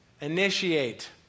initiate